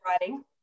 writing